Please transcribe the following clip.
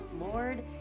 Lord